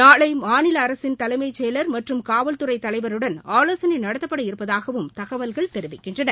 நாளை மாநில அரசின் தலைமைச் செயலர் மற்றும் காவல்துறை தலைவருடன் ஆலோசனை நடத்தப்பட இருப்பதாகவும் தகவல்கள் தெரிவிக்கின்றன